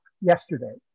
yesterday